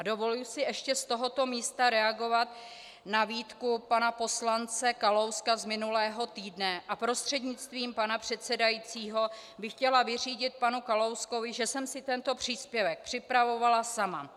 Dovoluji si ještě z tohoto místa reagovat na výtku pana poslance Kalouska z minulého týdne a prostřednictvím pana předsedajícího bych chtěla vyřídit panu Kalouskovi, že jsem si tento příspěvek připravovala sama.